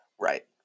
Right